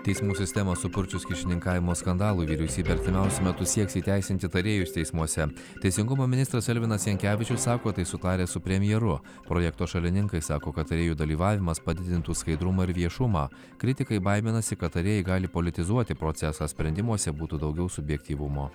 teismų sistemą supurčius kyšininkavimo skandalui vyriausybė artimiausiu metu sieks įteisinti tarėjus teismuose teisingumo ministras elvinas jankevičius sako tai sutarę su premjeru projekto šalininkai sako kad tarėjų dalyvavimas padidintų skaidrumą ir viešumą kritikai baiminasi kad tarėjai gali politizuoti procesą sprendimuose būtų daugiau subjektyvumo